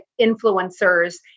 influencers